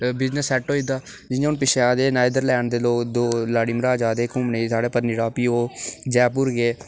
business set होई जंदा जि'यां हुन पिच्छै जेह् आए दे हे नैदरलैंड़ दे लोक दौं लाड़ी मर्जहाज आए दे हे घूमने गी साढ़ै पतनीटाॅप ओह् जयपुर गे